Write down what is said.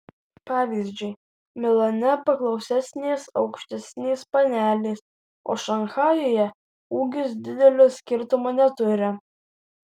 pavyzdžiui milane paklausesnės aukštesnės panelės o šanchajuje ūgis didelio skirtumo neturi